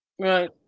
Right